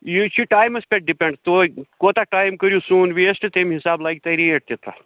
یہِ چھُ ٹایِمَس پٮ۪ٹھ ڈِپٮ۪نٛڈ تُہۍ کوتاہ ٹایِم کٔریُو سون ویسٹ تَمہِ حسابہٕ لَگہِ تۄہہِ ریٹ تہِ تہ